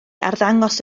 arddangos